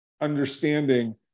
understanding